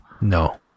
No